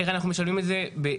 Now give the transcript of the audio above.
איך אנחנו משלבים את זה במתמטיקה,